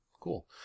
Cool